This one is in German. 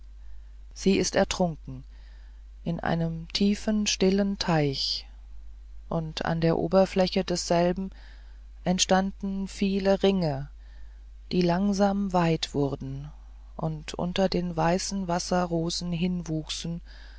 sie ist ertrunken in einem tiefen stillen teich und an der oberfläche desselben entstanden viele ringe die langsam weit wurden und unter den weißen wasserrosen hin wuchsen